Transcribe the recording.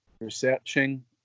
researching